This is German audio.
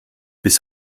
bis